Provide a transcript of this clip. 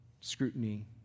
scrutiny